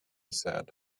said